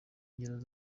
ngero